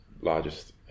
largest